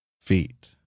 feet